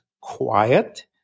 quiet